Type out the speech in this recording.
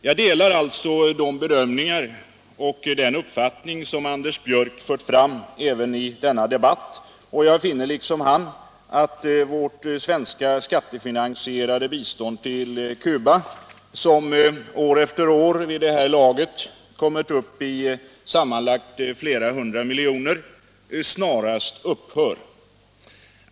Jag delar alltså de bedömningar och den uppfattning som Anders Björck fört fram även i denna debatt, och jag finner liksom han att vårt svenska skattefinansierade bistånd till Cuba år efter år, som vid det här laget kommit upp i sammanlagt flera hundra miljoner, snarast bör upphöra.